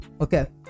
okay